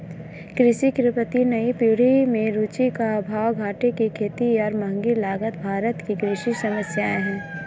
कृषि के प्रति नई पीढ़ी में रुचि का अभाव, घाटे की खेती और महँगी लागत भारत की कृषि समस्याए हैं